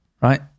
right